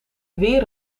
weer